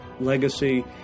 legacy